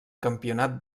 campionat